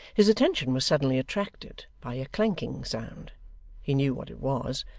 his attention was suddenly attracted by a clanking sound he knew what it was,